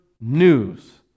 news